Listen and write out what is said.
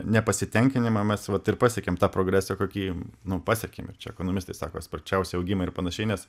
nepasitenkinimą mes vat ir pasiekėm tą progresą kokį nu pasiekėm ir čia ekonomistai sako sparčiausią augimą ir panašiai nes